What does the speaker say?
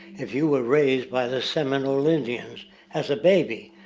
if you were raised by the seminole indians as a baby,